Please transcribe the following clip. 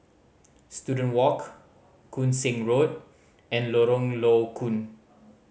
Student Walk Koon Seng Road and Lorong Low Koon